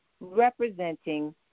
representing